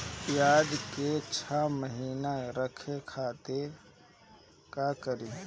प्याज के छह महीना रखे खातिर का करी?